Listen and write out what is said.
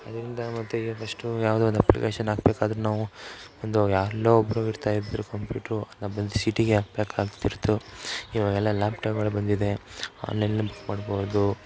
ಅದರಿಂದ ಮತ್ತೆ ಈಗಷ್ಟು ಯಾವುದೋ ಒಂದು ಅಪ್ಲಿಕೇಶನ್ ಹಾಕ್ಬೇಕಾದ್ರು ನಾವು ಒಂದು ಎಲ್ಲೋ ಒಬ್ಬರು ಇರ್ತಾಯಿದ್ದರು ಕಂಪ್ಯೂಟ್ರು ನಾನು ಬಂದು ಸಿಟಿಗೆ ಹಾಕ್ಬೇಕಾಗ್ತಿತ್ತು ಇವಾಗೆಲ್ಲ ಲ್ಯಾಪ್ಟಾಪ್ಗಳು ಬಂದಿದೆ ಆನ್ಲೈನ್ಲೇ ಬುಕ್ ಮಾಡಬಹುದು